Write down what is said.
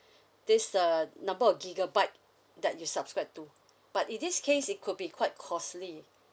this uh number of gigabyte that you subscribe to but in this case it could be quite costly